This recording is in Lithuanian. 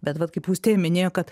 bet vat kaip austėja minėjo kad